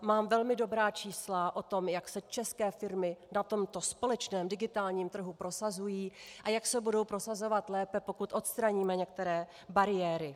Mám velmi dobrá čísla o tom, jak se české firmy na tomto společném digitálním trhu prosazují a jak se budou prosazovat lépe, pokud odstraníme některé bariéry.